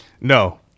No